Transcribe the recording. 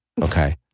Okay